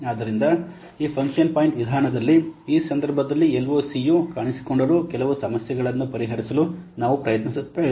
ಆದ್ದರಿಂದ ಈ function point ವಿಧಾನದಲ್ಲಿ ಈ ಸಂದರ್ಭದಲ್ಲಿ LOC ಯು ಕಾಣಿಸಿಕೊಂಡರೂ ಕೆಲವು ಸಮಸ್ಯೆಗಳನ್ನು ಪರಿಹರಿಸಲು ನಾವು ಪ್ರಯತ್ನಿಸುತ್ತೇವೆ